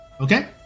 Okay